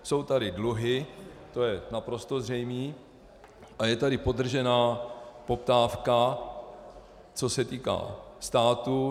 Jsou tady dluhy, to je naprosto zřejmé, a je tady podržená poptávka, co se týká státu.